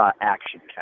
action